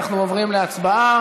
אנחנו עוברים להצבעה.